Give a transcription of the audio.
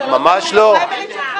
אתה לא --- את הפריימריז שלך?